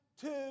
two